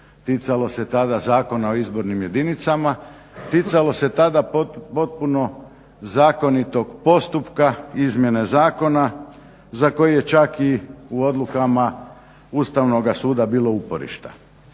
Ticalo se tada Zakona o izbornim jedinicama, ticalo se tada potpuno zakonitog postupka, izmjene zakona za kojima je čak i odlukama Ustavnoga suda bilo uporišta.